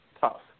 tough